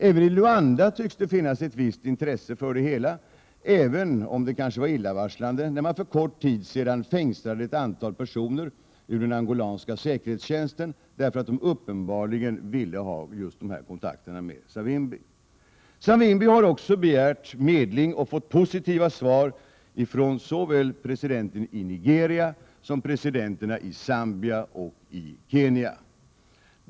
Även i Luanda tycks det finnas ett visst intresse för det, även om det kanske var illavarslande när man för kort tid sedan fängslade ett antal personer ur den angolanska säkerhetstjänsten därför att de uppenbarligen vill ha just kontakter med Savimbi. Savimbi har också begärt medling och fått positiva svar från såväl presidenten i Nigeria som presidenterna i Zambia och Kenya.